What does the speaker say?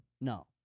No